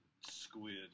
squid